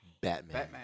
Batman